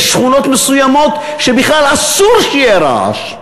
יש שכונות מסוימות שבכלל אסור שיהיה רעש.